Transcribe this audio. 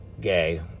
gay